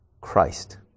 Christ